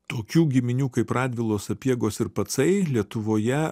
tokių giminių kaip radvilos sapiegos ir pacai lietuvoje